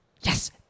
Yes